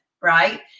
right